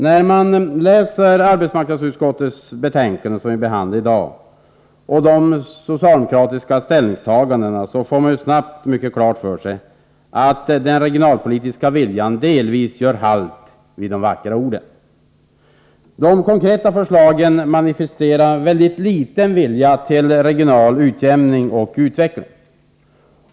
När man läser arbetsmarknadsutskottets betänkande 23, som vi behandlar i dag, och socialdemokraternas ställningstagande, får man snart klart för sig att den regionalpolitiska viljan delvis gör halt vid de vackra orden. De konkreta förslagen manifesterar en mycket svag vilja till regional utjämning och utveckling.